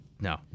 no